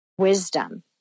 wisdom